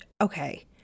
okay